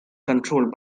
controlled